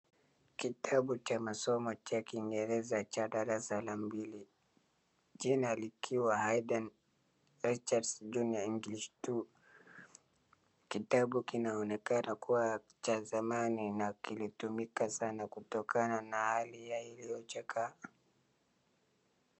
Kitabu cha masomo cha kingereza cha darasa la mbili jina likiwa Haydn Richards Junior English Two. Kitabu kinaonekana kuwa cha zamani na kilitumika sana kutokana na hali ya iliyochakaa.